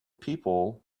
people